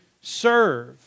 serve